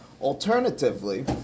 Alternatively